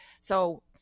So-